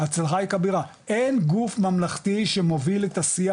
אין גוף ממלכתי שמוביל את השיח